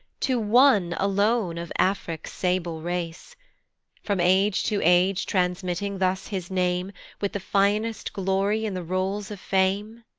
to one alone of afric's sable race from age to age transmitting thus his name with the finest glory in the rolls of fame?